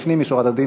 לפנים משורת הדין,